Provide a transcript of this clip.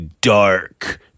dark